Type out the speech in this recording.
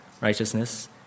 righteousness